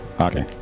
Okay